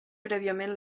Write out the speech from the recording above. prèviament